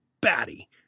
batty